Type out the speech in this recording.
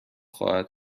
خواهد